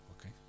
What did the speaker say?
Okay